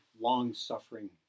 long-suffering